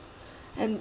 and